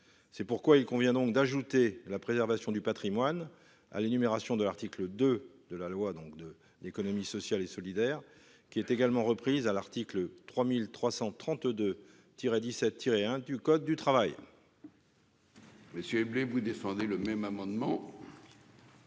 C'est pourquoi il convient donc d'ajouter la préservation du Patrimoine à l'énumération de l'article 2 de la loi, donc de l'économie sociale et solidaire qui est également reprise à l'article 3332 tiré 17 tirer un du code du travail. Monsieur Blin vous descendez le même amendement.